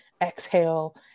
exhale